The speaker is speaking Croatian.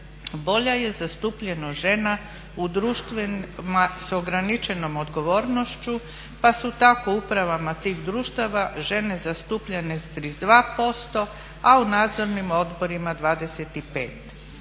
Bolja je zastupljenost žena u društvima s ograničenom odgovornošću pa su tako u upravama tih društava žene zastupljene s 32%, a u nadzornim odborima 25.